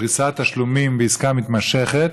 לפריסת תשלומים בעסקה מתמשכת.